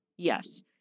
Yes